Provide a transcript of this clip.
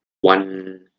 one